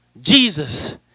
Jesus